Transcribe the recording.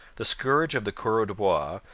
the scourge of the coureurs de bois,